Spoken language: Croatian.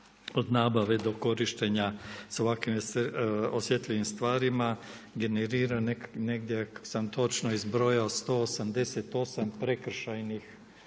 od nabave do korištenja sa ovakvim osjetljivim stvarima, generira, negdje sam točno izbrojao 188 prekršajnih